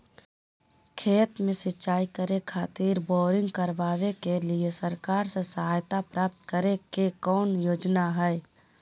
खेत में सिंचाई करे खातिर बोरिंग करावे के लिए सरकार से सहायता प्राप्त करें के कौन योजना हय?